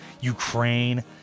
ukraine